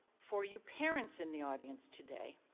for you parents in the audience today,